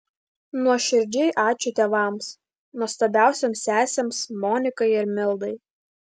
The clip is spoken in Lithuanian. nuoširdžiai ačiū tėvams nuostabiausioms sesėms monikai ir mildai